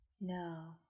No